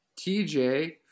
TJ